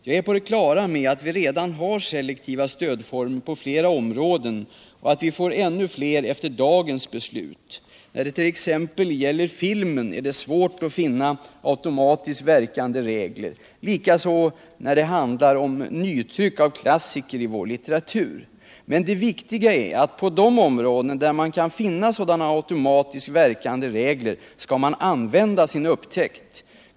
Jag är på det klara med, att vi redan har selektiva stödformer på flera områden och att vi får ännu fler efter dagens beslut. När dett.ex. gäller filmen är det svårt att finna atuomatiskt verkande regler; likaså när det handlar om nytryck av klassiker i vår litteratur. Men det viktiga är att på. de områden där man kan finna sådana automatiskt verkande regler skall man använda sin upptäckt.